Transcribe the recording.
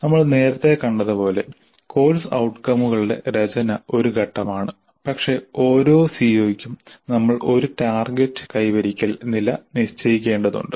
നമ്മൾ നേരത്തെ കണ്ടതുപോലെ കോഴ്സ് ഔട്കമുകളുടെ രചന ഒരു ഘട്ടമാണ് പക്ഷേ ഓരോ സിഒയ്ക്കും നമ്മൾ ഒരു ടാർഗെറ്റ് കൈവരിക്കൽ നില നിശ്ചയിക്കേണ്ടതുണ്ട്